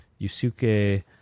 Yusuke